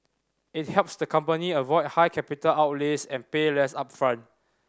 it helps the company avoid high capital outlays and pay less upfront